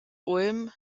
ulm